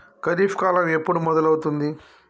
ఖరీఫ్ కాలం ఎప్పుడు మొదలవుతుంది?